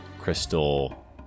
crystal